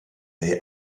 neu